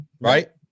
right